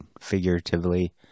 figuratively